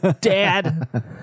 Dad